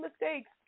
mistakes